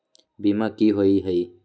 बीमा की होअ हई?